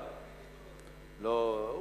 לא.